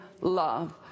love